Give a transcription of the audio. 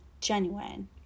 genuine